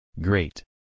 Great